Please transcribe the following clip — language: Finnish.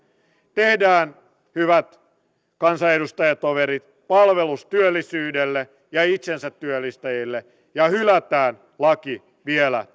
tehdään hyvät kansanedustajatoverit palvelus työllisyydelle ja itsensä työllistäjille ja hylätään laki vielä